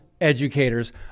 educators